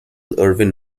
irvin